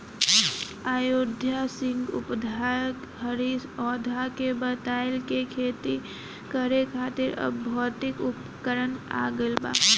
अयोध्या सिंह उपाध्याय हरिऔध के बतइले कि खेती करे खातिर अब भौतिक उपकरण आ गइल बा